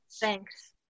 Thanks